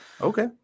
Okay